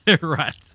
Right